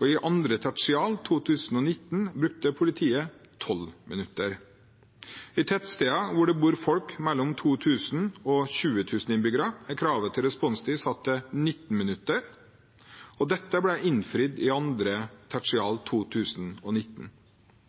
I 2. tertial 2019 brukte politiet 12 minutter. I tettsteder hvor det bor 2 000–20 000 innbyggere, er kravet til responstid satt til 19 minutter. Dette ble innfridd i 2. tertial 2019.